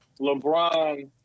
LeBron